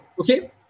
okay